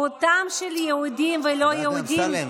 זכותם של יהודים ולא יהודים, חבר הכנסת אמסלם.